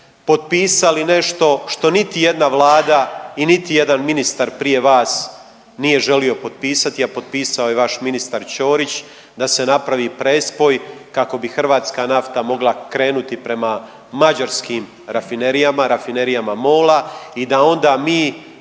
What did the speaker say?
potpisali nešto što niti jedna Vlada i niti jedan ministar prije vas nije želio potpisati, a potpisao je vaš ministar Ćorić da se napravi prespoj kako bi hrvatska nafta mogla krenuti prema mađarskim rafinerijama, rafinerijama MOL-a i da onda mi